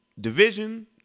Division